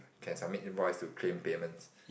can submit invoices to claim payments